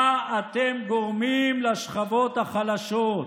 מה אתם גורמים לשכבות החלשות: